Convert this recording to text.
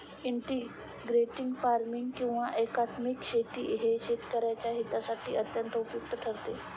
integrated farming किंवा एकात्मिक शेती ही शेतकऱ्यांच्या हितासाठी अत्यंत उपयुक्त ठरते